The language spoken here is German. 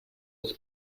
aus